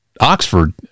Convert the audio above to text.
Oxford